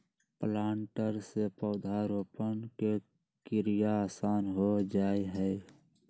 planter से पौधरोपण के क्रिया आसान हो जा हई